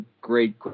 great